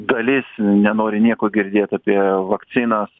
dalis nenori nieko girdėt apie vakcinas